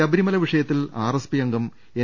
ശബ രി മല വിഷ യ ത്തിൽ ആർ എസ് പി അംഗം എൻ